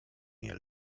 nie